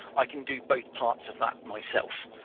i can do both parts of that myself.